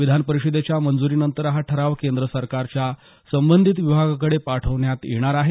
विधान परिषदेच्या मंजुरीनंतर हा ठराव केंद्र सरकारच्या संबंधित विभागाकडे पाठवण्यात येणार आहे